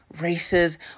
Races